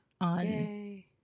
on